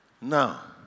Now